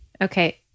Okay